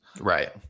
Right